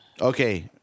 Okay